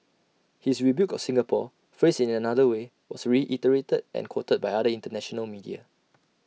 his rebuke of Singapore phrased in another way was reiterated and quoted by other International media